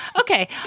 Okay